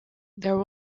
there